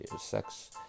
sex